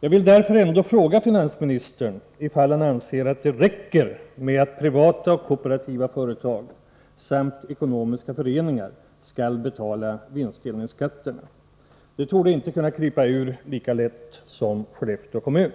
Jag vill därför ändå fråga finansministern om han anser att det räcker med att privata och kooperativa företag samt ekonomiska föreningar skall betala vinstdelningsskatterna. De torde inte kunna krypa ur systemet lika lätt som Skellefteå kommun.